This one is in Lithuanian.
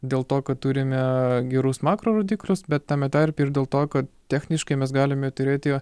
dėl to kad turime gerus makro rodiklius bet tame tarpe ir dėl to kad techniškai mes galime turėti